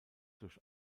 durch